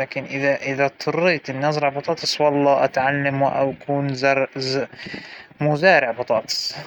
جرين هاوس ونزرع فيه.